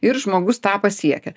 ir žmogus tą pasiekia